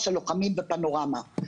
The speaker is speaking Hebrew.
הלוחמים ופנורמה.